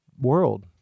world